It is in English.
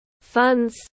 funds